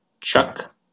Chuck